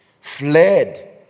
fled